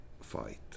fight